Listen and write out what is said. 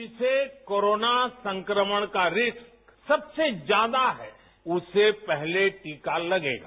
जिसे कोरोना सं क्र मण का रिस्क सबसे ज्यादा है उसे पहले टीका लगेगा